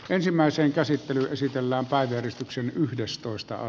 ensimmäisen käsittelyn esitellään sen teen